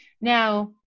Now